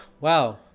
wow